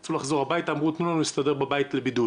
הם רצו לחזור הביתה ואמרו 'תנו לנו להסתדר בבית בבידוד'